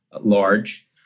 large